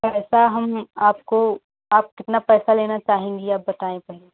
पैसा हम आपको आप कितना पैसा लेना चाहेंगी आप बताएँ पहले